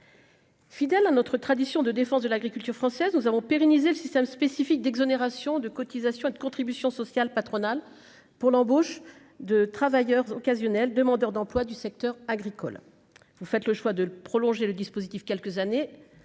Fidèle à notre tradition de défense de l'agriculture française, nous avons pérennisé le système spécifique d'exonération de cotisations et de contributions sociales patronales pour l'embauche de travailleurs occasionnels demandeurs d'emplois du secteur agricole, vous faites le choix de le prolonger le dispositif quelques années